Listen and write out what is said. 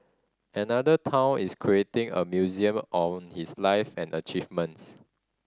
another town is creating a museum on his life and achievements